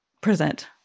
present